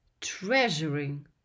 treasuring